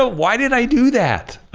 ah why did i do that?